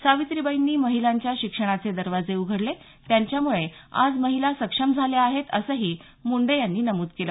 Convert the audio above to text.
सावित्रीबाईंनी महिलांच्या शिक्षणाचे दरवाजे उघडले त्यांच्यामुळे आज महिला सक्षम झाल्या आहेत असंही मुंडे यांनी नमूद केलं